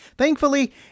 Thankfully